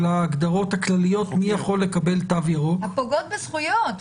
אלא ההגדרות הכלליות מי יכול לקבל תו ירוק --- הפוגעות בזכויות.